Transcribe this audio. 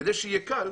כדי שיהיה קל